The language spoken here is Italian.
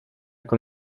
con